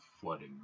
flooding